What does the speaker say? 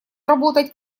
работать